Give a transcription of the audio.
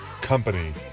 company